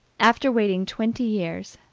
after waiting twenty years,